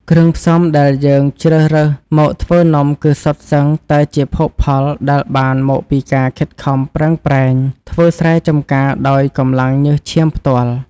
គ្រឿងផ្សំដែលយើងជ្រើសរើសមកធ្វើនំគឺសុទ្ធសឹងតែជាភោគផលដែលបានមកពីការខិតខំប្រឹងប្រែងធ្វើស្រែចំការដោយកម្លាំងញើសឈាមផ្ទាល់។